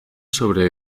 sobre